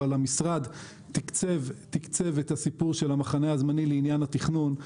אבל המשרד תקצב את הסיפור של המחנה הזמני לעניין התכנון.